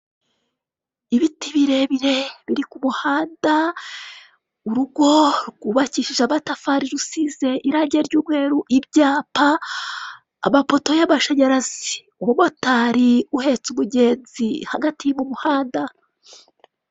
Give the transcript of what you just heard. Ibiti birebire biri ku muhanda, urugo rwubakishishe amatafari rusize irangi ry'umweru, ibyapa, amapoto y'amashinyarazi, umumotari uhetse umugenzi hagati mu muhanda.